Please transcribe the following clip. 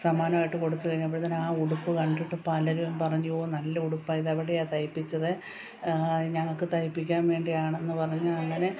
സമ്മാനമായിട്ടു കൊടുത്തു കഴിഞ്ഞപ്പോഴത്തേനും ആ ഉടുപ്പ് കണ്ടിട്ട് പലരും പറഞ്ഞു ഒ നല്ല ഉടുപ്പാണ് ഇത് എവിടെയാ തൈപ്പിച്ചത് ഞങ്ങൾക്ക് തൈപ്പിക്കാൻ വേണ്ടിയാണെന്നു പറഞ്ഞു അങ്ങനെ